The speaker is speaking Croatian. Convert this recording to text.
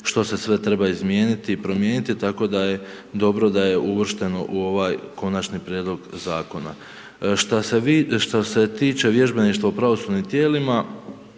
što se sve treba izmijeniti i promijeniti, tako da je dobro da je uvršteno u ovaj konačni prijedlog zakona. Šta se tiče vježbeništva u pravosudnim tijelima,